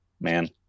man